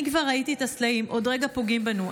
אני כבר ראיתי את הסלעים עוד רגע פוגעים בנו.